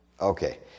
Okay